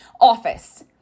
office